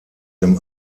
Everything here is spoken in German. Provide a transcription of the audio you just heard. dem